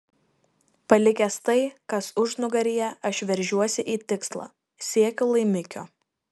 palikęs tai kas užnugaryje aš veržiuosi į tikslą siekiu laimikio